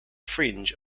fringe